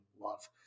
love